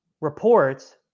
reports